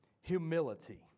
Humility